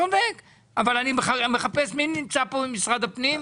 מי נמצא פה ממשרד הפנים?